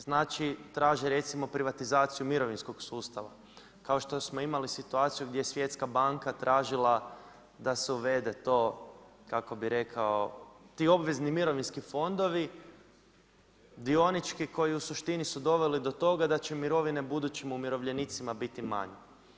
Znači, traže recimo privatizaciju mirovinskog sustava kao što smo imali situaciju gdje je Svjetska banka tražila da se uvede to, kako bih rekao, ti obvezni mirovinski fondovi dionički koji u suštini su doveli do toga da će mirovine budućim umirovljenicima biti manje.